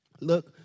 Look